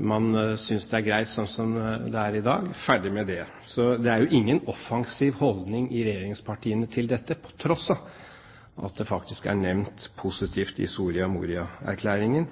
man synes det er greit sånn som det er i dag – ferdig med det. Så det er jo ingen offensiv holdning i regjeringspartiene til dette på tross av at det faktisk er nevnt positivt i Soria Moria-erklæringen.